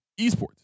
esports